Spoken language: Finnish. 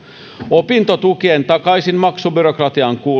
opintotukien takaisinmaksubyrokratiaan